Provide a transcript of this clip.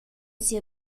sia